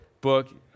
book